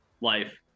Life